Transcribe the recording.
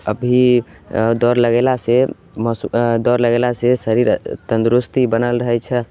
अभी दौड़ लगेलासे मसु अँ दौड़ लगेलासे जे शरीर तन्दुरुस्ती बनल रहै छै